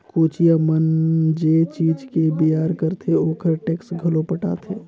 कोचिया मन जे चीज के बेयार करथे ओखर टेक्स घलो पटाथे